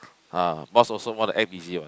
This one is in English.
ah boss also want to act busy what